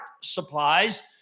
supplies